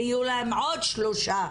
יהיו להם עוד שלושה